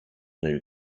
new